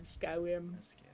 Skyrim